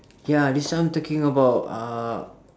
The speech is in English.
ya this one talking about uh